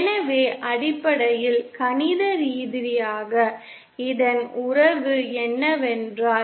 எனவே அடிப்படையில் கணித ரீதியாக இதன் உறவு என்னவென்றால்